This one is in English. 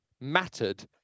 mattered